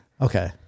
Okay